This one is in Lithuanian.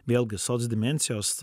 vėlgi soc dimensijos